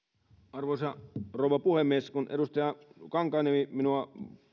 arvoisa rouva puhemies kun edustaja kankaanniemi minua